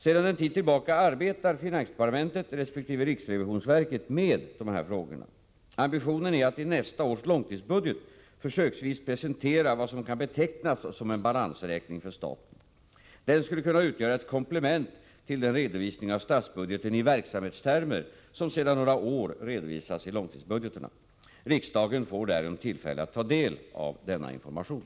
Sedan en tid tillbaka arbetar finansdepartementet resp. riksrevisionsverket med dessa frågor. Ambitionen är att i nästa års långtidsbudget försöksvis presentera vad som kan betecknas som en balansräkning för staten. Denna skulle kunna utgöra ett komplement till den redovisning av statsbudgeten i verksamhetstermer som sedan några år tillbaka redovisas i långtidsbudgeterna. Riksdagen får därigenom tillfälle att ta del av denna information.